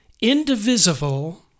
indivisible